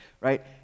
right